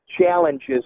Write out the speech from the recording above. challenges